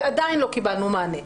ועדיין לא קיבלנו מענה.